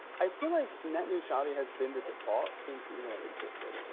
i feel like net neutrality has been the default since the internet existed,